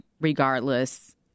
regardless